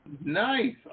Nice